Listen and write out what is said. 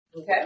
Okay